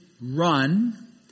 run